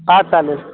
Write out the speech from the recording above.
हा चालेल